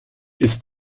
ist